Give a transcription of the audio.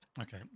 Okay